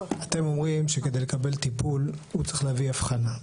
אתם אומרים שכדי לקבל טיפול הוא צריך להביא אבחנה.